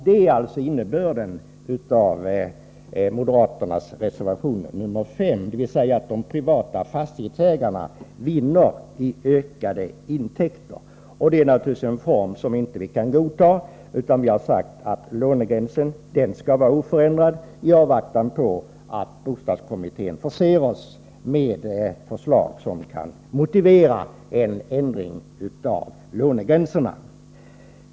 Det är således innebörden av moderaternas reservation nr 5, dvs. att de privata fastighetsägarna vinner när det gäller ökade intäkter. Det är naturligtvis en form som vi inte kan godta. Vi har sagt att lånegränsen skall vara oförändrad i avvaktan på att bostadskommittén förser oss med förslag som kan motivera en ändring.